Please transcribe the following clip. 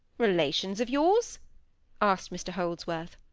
relations of yours asked mr holdsworth.